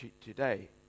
today